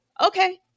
Okay